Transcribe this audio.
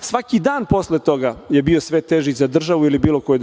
Svaki dan posle toga je bio sve teži za državu ili bilo koju